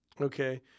Okay